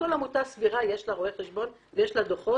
לכל עמותה סבירה יש רואה חשבון ויש דוחות.